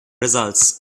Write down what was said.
results